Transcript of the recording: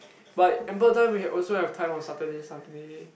but ample time we have also have time on Saturday Sunday